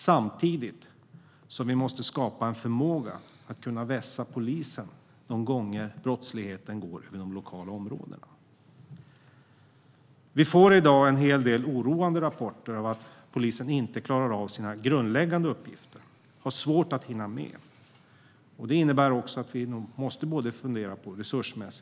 Samtidigt måste vi skapa en förmåga att kunna vässa polisen de gånger brottsligheten drabbar de lokala områdena. Vi får i dag en del oroande rapporter om att polisen inte klarar av sina grundläggande uppgifter och har svårt att hinna med. Det innebär att vi måste fundera på resurserna.